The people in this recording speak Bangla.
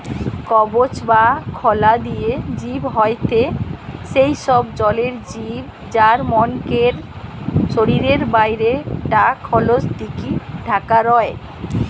কবচ বা খলা দিয়া জিব হয়থে সেই সব জলের জিব যার মনকের শরীরের বাইরে টা খলস দিকি ঢাকা রয়